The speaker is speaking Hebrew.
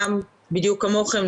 בדיוק כמוכם,